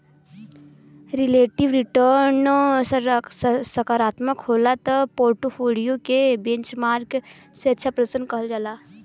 relative return सकारात्मक होला त पोर्टफोलियो के बेंचमार्क से अच्छा प्रर्दशन कहल जाला